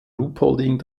ruhpolding